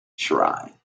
shrine